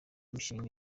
inshingano